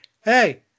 hey